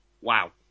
Wow